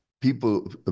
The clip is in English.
people